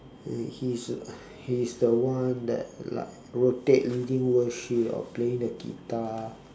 and he is the he's the one that like rotate leading worship or playing the guitar